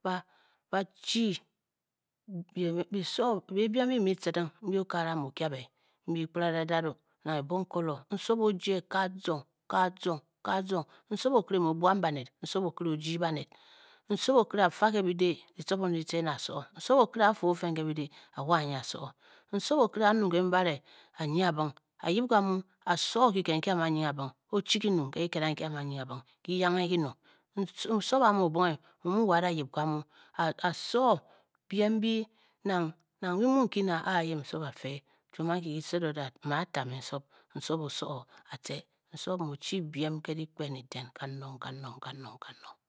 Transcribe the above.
BANKPONGE Mbeh Nsob mu-Ochi bǐ soh be biem mbi bi mu bi tci ding mbi okagara mu o-kia be, mbi kpra da dad e, Nang e bong koloh, Nsob o jie ke a zong, ke azong, ka azong Nsob okire mu o-buam baned, Nsob okire o-jii baned. Nsob okire a-fa ke bi deh di tci firinh di tce ne a-so Nsob okire a-fe k feng ke bi deh a-wa anyi a-so Nsob okire a-nung ge mbare anyi abung a-yip ga muu a-mu. a so o-ki ked, ndi a-mu anyi abung o chi kinung nki kiked anki nki a mu anyi abung kiyange gi nung, Nsob a muu o bonge mu mu wo a-da yib ga muu a-so biem mbii nang, nang gi mu nki nah, aa yib nsob a-fe, chuom ankǐ gi sed o dat meh a a ta meh nsob, nsob o soh a a tce, nsob mu o-chi biem ke di kpen eten kanong, kanong kanong